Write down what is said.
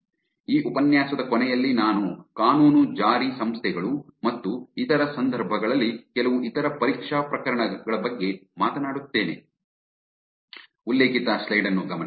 ಈ ಉಪನ್ಯಾಸದ ಕೊನೆಯಲ್ಲಿ ನಾನು ಕಾನೂನು ಜಾರಿ ಉಲ್ಲೇಖಿತ ಸಮಯ 0617 ಸಂಸ್ಥೆಗಳು ಮತ್ತು ಇತರ ಸಂದರ್ಭಗಳಲ್ಲಿ ಕೆಲವು ಇತರ ಪರೀಕ್ಷಾ ಪ್ರಕರಣಗಳ ಬಗ್ಗೆ ಮಾತನಾಡುತ್ತೇನೆ